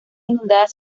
inundadas